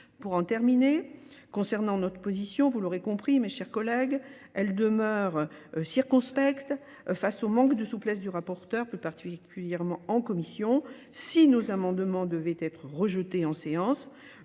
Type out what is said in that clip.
Pour en terminer, concernant notre position, vous l'aurez compris mes chers collègues, elle demeure circonspecte face au manque de souplesse du rapporteur, plus particulièrement en commission. Si nos amendements devaient être rejetés en séance,